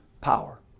power